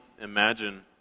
imagine